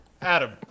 Adam